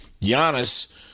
Giannis